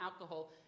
alcohol